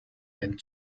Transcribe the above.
ein